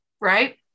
right